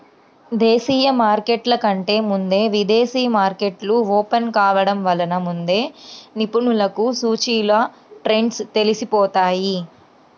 దేశీయ మార్కెట్ల కంటే ముందే విదేశీ మార్కెట్లు ఓపెన్ కావడం వలన ముందే నిపుణులకు సూచీల ట్రెండ్స్ తెలిసిపోతాయి